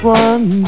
one